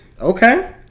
Okay